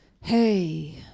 Hey